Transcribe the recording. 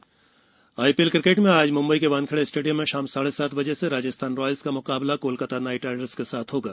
आई ीएल IPL cricket में आज म्ंबई के वानखेडे स्टेडियम में शाम साढ़े सात बजे से राजस्थान रॉयल्स का म्काबला कोलकाता नाइट राइडर्स से होगा